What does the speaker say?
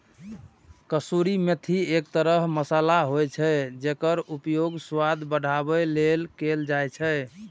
कसूरी मेथी एक तरह मसाला होइ छै, जेकर उपयोग स्वाद बढ़ाबै लेल कैल जाइ छै